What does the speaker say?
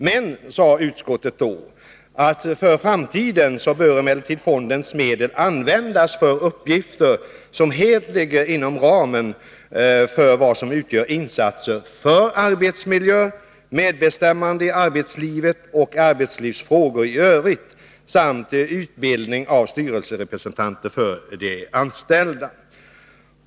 Men utskottet sade vidare att fondens medel för framtiden bör användas för uppgifter som helt ligger inom ramen för vad som utgör insatser för arbetsmiljön, medbestämmande i arbetslivet och arbetslivsfrågor i övrigt samt utbildning av styrelserepresentanter för de anställda.